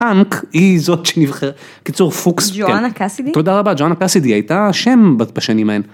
פאנק היא זאת שנבחרת, קיצור פוקס, ג'ואנה קסידי, תודה רבה ג'ואנה קסידי הייתה שם בפה שנים האלה.